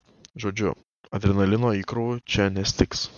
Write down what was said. žodžiu adrenalino įkrovų čia nestigs